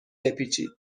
بپیچید